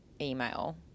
email